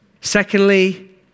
Secondly